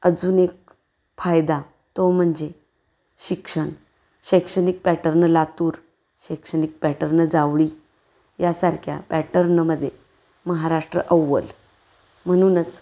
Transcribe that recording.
अजून एक फायदा तो म्हणजे शिक्षण शैक्षणिक पॅटर्न लातूर शैक्षणिक पॅटर्न जावळी यासारख्या पॅटर्नमध्ये महाराष्ट्र अव्वल म्हणूनच